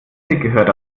gehört